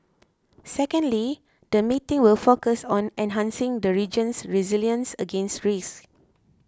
secondly the meetings will focus on enhancing the region's resilience against risks